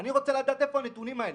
אני רוצה לדעת איפה הנתונים האלה?